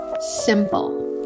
Simple